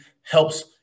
helps